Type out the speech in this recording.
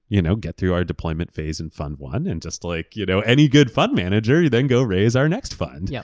you know get through our deployment phase in fund one and just like you know any good fund manager, then go raise our next fund. yeah